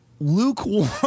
lukewarm